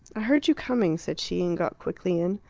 heard you coming, said she, and got quickly in.